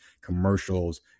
commercials